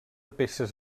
peces